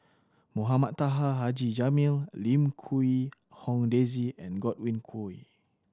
Mohamed Taha Haji Jamil Lim Quee Hong Daisy and Godwin Koay